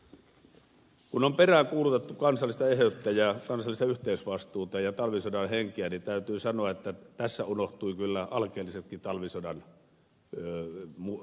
kun on peräänkuulutettu kansallista eheyttä kansallista yhteisvastuuta ja talvisodan henkeä niin täytyy sanoa että tässä unohtuivat kyllä alkeellisetkin talvisodan opetukset